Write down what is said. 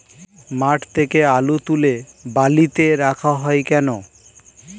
মাঠ থেকে আলু তুলে বালিতে রাখা হয় কেন?